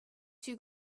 two